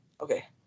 okay